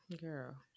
Girl